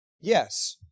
Yes